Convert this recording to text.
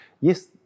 yes